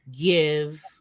give